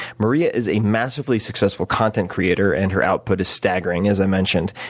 maria is a massively successful content creator and her output is staggering, as i mentioned.